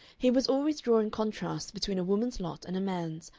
he was always drawing contrasts between a woman's lot and a man's,